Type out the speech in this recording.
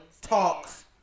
talks